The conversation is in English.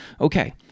Okay